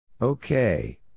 Okay